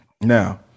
Now